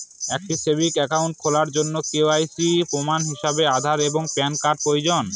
একটি savings account খোলার জন্য কে.ওয়াই.সি প্রমাণ হিসাবে আধার এবং প্যান কার্ড প্রয়োজন